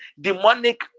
demonic